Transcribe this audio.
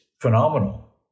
phenomenal